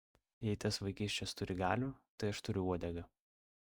jei tas vaikiščias turi galių tai aš turiu uodegą